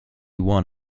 one